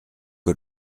que